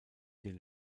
den